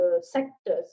sectors